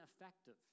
effective